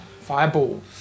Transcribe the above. Fireball